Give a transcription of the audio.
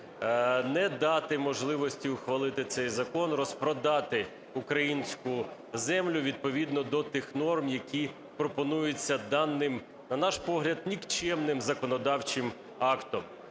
не дати можливості ухвалити цей закон, розпродати українську землю відповідно до тих норм, які пропонуються даним, на наш погляд, нікчемним законодавчим актом.